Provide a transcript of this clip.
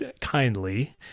kindly